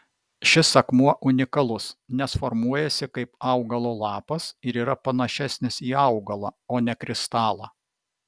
šis akmuo unikalus nes formuojasi kaip augalo lapas ir yra panašesnis į augalą o ne kristalą